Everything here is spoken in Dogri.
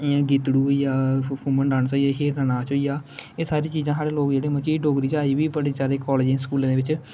इयां गीतडू होई गेआ फुम्मन डाॅंस होई गेआ नाच होई गेआ एह् सारी चीजां साढ़े लोक जेहडे़ मतलब कि डोगरी च अजै बी बडे़ सारे काॅलजें स्कूलें दे बिच